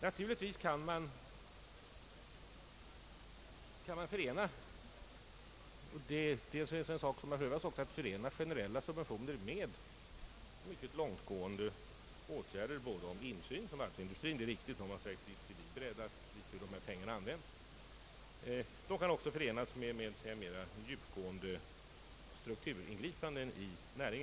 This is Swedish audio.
Naturligtvis kan man förena generella subventioner med mycket långtgående åtgärder i fråga om insyn för varvsindustrin.